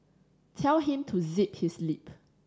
tell him to zip his lip